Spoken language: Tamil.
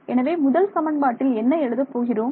எனவே முதல் சமன்பாட்டில் என்ன எழுதப் போகிறோம்